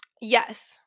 Yes